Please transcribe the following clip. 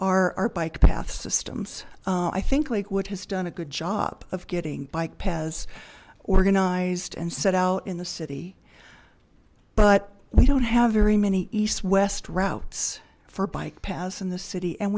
revenue are bike path systems i think lakewood has done a good job of getting bike pez organized and set out in the city but we don't have very many east west routes for bike paths in the city and